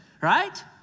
right